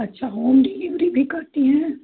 अच्छा home delivery भी करती हैं